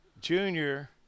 Junior